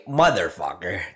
motherfucker